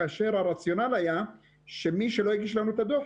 כאשר הרציונל היה שמי שלא הגיש לנו את הדוח,